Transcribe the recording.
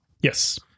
Yes